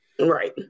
Right